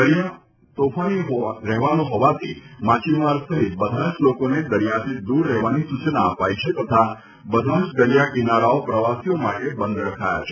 દરિયો તોફાની રહેવાનો હોવાથી માછીમાર સહિત બધા જ લોકોને દરિયાથી દૂર રહેવાની સૂચના અપાઇ છે તથા બધા જ દરિયા કિનારાઓ પ્રવાસીઓ માટે બંધ રખાયા છે